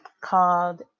called